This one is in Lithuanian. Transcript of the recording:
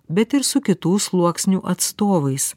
bet ir su kitų sluoksnių atstovais